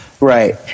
right